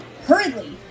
hurriedly